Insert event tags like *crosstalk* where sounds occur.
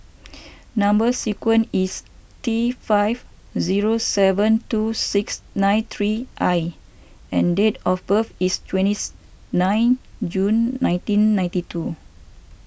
*noise* Number Sequence is T five zero seven two six nine three I and date of birth is twentieth nine June nineteen ninety two